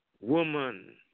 woman